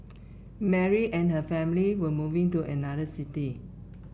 Mary and her family were moving to another city